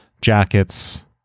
jackets